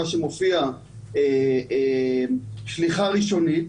מה שמופיע 'שליחה ראשונית',